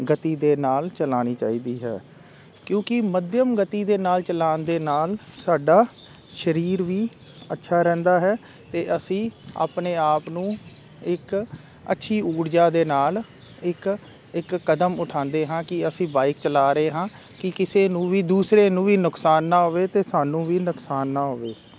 ਗਤੀ ਦੇ ਨਾਲ ਚਲਾਉਣੀ ਚਾਹੀਦੀ ਹੈ ਕਿਉਂਕਿ ਮੱਧਮ ਗਤੀ ਦੇ ਨਾਲ ਚਲਾਨ ਦੇ ਨਾਲ ਸਾਡਾ ਸਰੀਰ ਵੀ ਅੱਛਾ ਰਹਿੰਦਾ ਹੈ ਅਤੇ ਅਸੀਂ ਆਪਣੇ ਆਪ ਨੂੰ ਇੱਕ ਅੱਛੀ ਊਰਜਾ ਦੇ ਨਾਲ ਇੱਕ ਇੱਕ ਕਦਮ ਉਠਾਉਂਦੇ ਹਾਂ ਕਿ ਅਸੀਂ ਬਾਈਕ ਚਲਾ ਰਹੇ ਹਾਂ ਕਿ ਕਿਸੇ ਨੂੰ ਵੀ ਦੂਸਰੇ ਨੂੰ ਵੀ ਨੁਕਸਾਨ ਨਾ ਹੋਵੇ ਅਤੇ ਸਾਨੂੰ ਵੀ ਨੁਕਸਾਨ ਨਾ ਹੋਵੇ